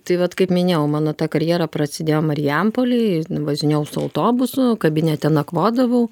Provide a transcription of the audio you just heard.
tai vat kaip minėjau mano ta karjera prasidėjo marijampolėj važinėjau su autobusu kabinete nakvodavau